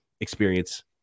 experience